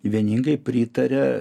vieningai pritaria